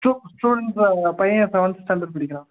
ஸ்டு student sir என் பையன் seventh standard படிக்கிறான்